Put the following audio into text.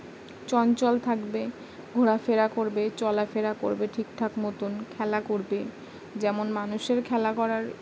চঞ্চল থাকবে ঘোরাফেরা করবে চলাফেরা করবে ঠিকঠাক মতোন খেলা করবে যেমন মানুষের খেলা করার